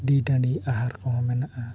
ᱰᱤ ᱰᱟᱹᱰᱤ ᱟᱦᱟᱨ ᱠᱚᱦᱚᱸ ᱢᱮᱱᱟᱜᱼᱟ